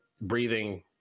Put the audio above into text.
breathing